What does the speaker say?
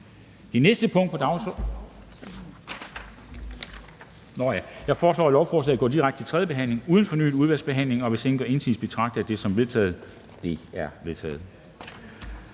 Det er vedtaget. Jeg foreslår, at lovforslaget går direkte til tredje behandling uden fornyet udvalgsbehandling. Hvis ingen gør indsigelse, betragter jeg det som vedtaget. Det er vedtaget.